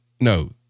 No